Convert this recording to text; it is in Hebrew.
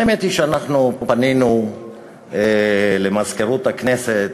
האמת היא שאנחנו פנינו למזכירות הכנסת,